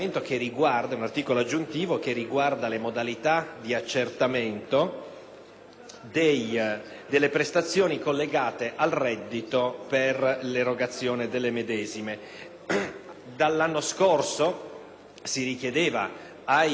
delle prestazioni collegate al reddito per l'erogazione delle medesime. Dall'anno scorso si richiedeva ai percettori di una pensione di fare una dichiarazione per l'anno in corso